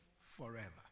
Forever